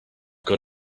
got